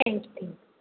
thank you thank you